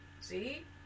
See